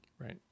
Right